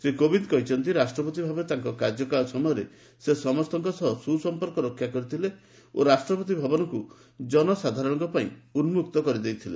ଶ୍ରୀ କୋବିନ୍ଦ କହିଛନ୍ତି ରାଷ୍ଟ୍ରପତି ଭାବେ ତାଙ୍କର କାର୍ଯ୍ୟକାଳ ସମୟରେ ସେ ସମସ୍ତଙ୍କ ସହ ସୁସମ୍ପର୍କ ରକ୍ଷା କରିଥିଲେ ଓ ରାଷ୍ଟ୍ରପତି ଭବନକୁ ଜନସାଧାରଣଙ୍କ ପାଇଁ ଉନ୍ନକ୍ତ କରିଦେଇଥିଲେ